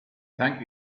thank